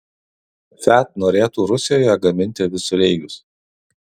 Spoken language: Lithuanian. fiat norėtų rusijoje gaminti visureigius